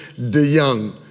DeYoung